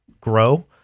grow